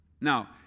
Now